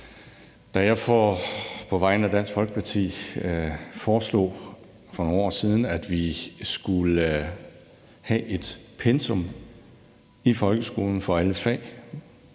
Da jeg på vegne af Dansk Folkeparti for nogle år siden foreslog, at vi skulle have et pensum i folkeskolen for alle fag,